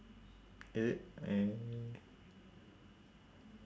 is it mm